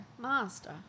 Master